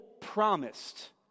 promised